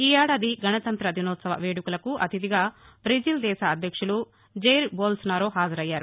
ఈ ఏడాది గణతంత్ర దినోత్సవ వేడుకలకు అతిధిగా బ్రెజిల్దేశ అధ్యక్షులు జైర్ బోల్స్ నారో హాజరయ్యారు